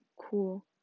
cool